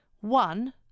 One